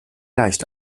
leicht